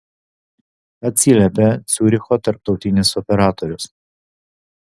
atsiliepė ciuricho tarptautinis operatorius